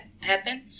happen